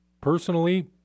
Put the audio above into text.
Personally